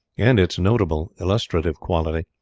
and its notable illustrative quality,